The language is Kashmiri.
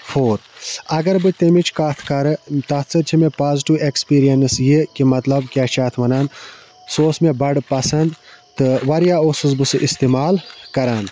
فور اگر بہٕ تمِچ کَتھ کَرٕ تَتھ سۭتۍ چھِ مےٚ پازٹِو اٮ۪کٕسپیٖرینٕس یہِ کہِ مطلب کیاہ چھِ اتھ وَنان سُہ اوس مےٚ بَڑٕ پَسنٛد تہٕ واریاہ اوسُس بہٕ سُہ استعمال کَران